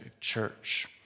church